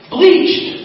Bleached